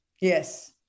Yes